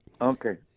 Okay